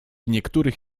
niektórych